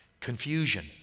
confusion